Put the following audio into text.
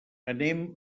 anem